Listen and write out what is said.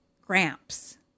gramps